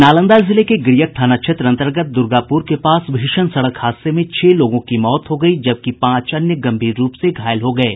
नालंदा जिले के गिरियक थाना क्षेत्र अंतर्गत द्र्गापुर के पास भीषण सड़क हादसे में छह लोगों की मौत हो गयी जबकि पांच अन्य गंभीर रूप से घायल हैं